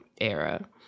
era